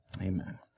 Amen